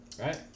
right